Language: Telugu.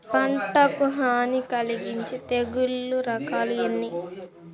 పంటకు హాని కలిగించే తెగుళ్ళ రకాలు ఎన్ని?